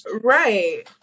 Right